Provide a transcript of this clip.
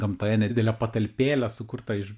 gamtoje nedidelę patalpėlę sukurtą iš